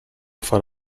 far